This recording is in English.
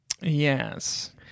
yes